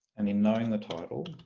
and in knowing the title